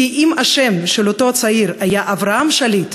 כי אם השם של אותו צעיר היה אברהם שליט,